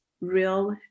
real